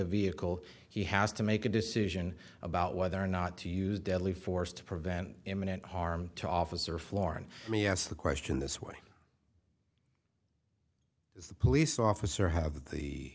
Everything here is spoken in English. vehicle he has to make a decision about whether or not to use deadly force to prevent imminent harm to officer florin me ask the question this way is the police officer have the